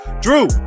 drew